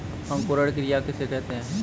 अंकुरण क्रिया किसे कहते हैं?